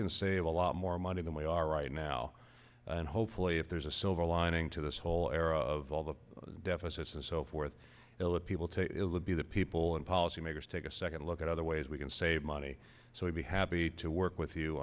can save a lot more money than we are right now and hopefully if there's a silver lining to this whole era of all the deficits and so forth illa people to it will be the people and policymakers take a second look at other ways we can save money so i'd be happy to work with you